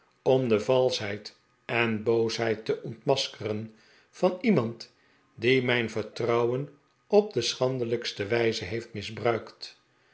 om de valschheid en boosheid te ontmaskeren van iemand die mijn vertrouwen op de schandelijkste wijze heeft misbruikt